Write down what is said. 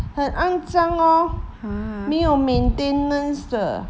很肮脏 lor 没有 maintenance 的